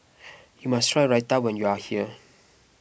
you must try Raita when you are here